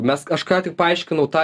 mes aš ką tik paaiškinau tą